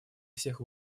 всех